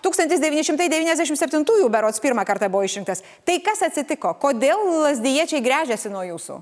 tūkstantis devyni šimtai devyniasdešimt septintųjų berods pirmą kartą buvo išrinktas tai kas atsitiko kodėl lazdijiečiai gręžiasi nuo jūsų